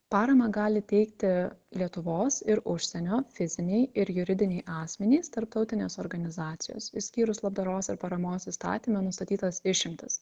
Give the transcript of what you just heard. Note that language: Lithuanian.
paramą gali teikti lietuvos ir užsienio fiziniai ir juridiniai asmenys tarptautinės organizacijos išskyrus labdaros ir paramos įstatyme nustatytas išimtis